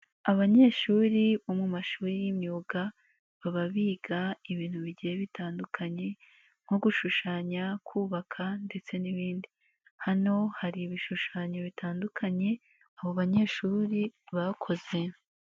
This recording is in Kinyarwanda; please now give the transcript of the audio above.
Abanyeshuri bo mu mashuri y'imyuga baba biga ibintu bigiye bitandukanye nko gushushanya, kubaka ndetse n'ibindi, hano hari ibishushanyo bitandukanye abo banyeshuri bakoze.